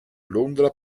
londra